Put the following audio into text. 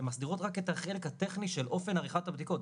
הן מסדירות רק את החלק הטכני של אופן עריכת הבדיקות,